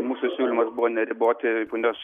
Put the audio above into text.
mūsų siūlymas buvo neriboti punios